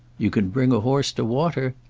you can bring a horse to water!